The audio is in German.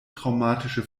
traumatische